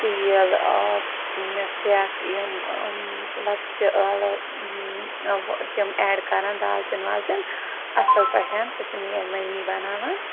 تیٖل آب فیکھ یِم لۄکچہِ ٲلہٕ تِم اٮ۪ڈ کَران دالچیٖن والچیٖن اصل پٲٹھۍ سُہ چھِ میٲنۍ مٔمی بناوان